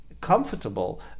Comfortable